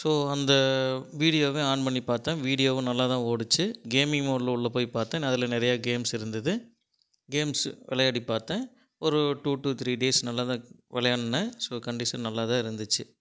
so அந்த வீடியோவையும் on பண்ணி பார்த்தேன் வீடியோவும் நல்லாதான் ஓடுச்சு கேமிங் மோட்ல உள்ளே போய் பார்த்தேன் அதில் நிறையா கேம்ஸ் இருந்தது கேம்ஸ் விளையாடி பார்த்தேன் ஒரு டூ டு த்ரீ டேஸ் நல்லாதான் விளையாடுனேன் ஸோ கண்டிஷன் நல்லாதான் இருந்துச்சு